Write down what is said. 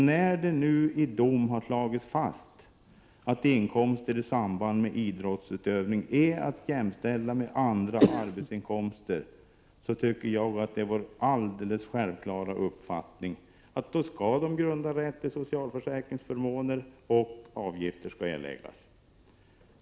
När det nu i dom har slagits fast att inkomster i samband med idrottsutövning är att jämställa med andra arbetsinkomster, tycker jag att det är alldeles självklart att de också skall grunda rätt till socialförsäkringsförmåner och att avgifter skall erläggas.